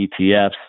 ETFs